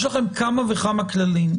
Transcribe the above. יש לכם כמה וכמה כללים,